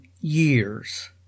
years